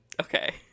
Okay